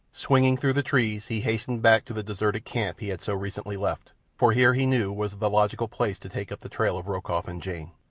swinging through the trees, he hastened back to the deserted camp he had so recently left, for here, he knew, was the logical place to take up the trail of rokoff and jane.